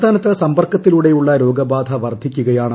സംസ്ഥാനത്ത് സമ്പർക്കൃത്തിലൂടെയുള്ള രോഗബാധ വർദ്ധിക്കുകയാണ്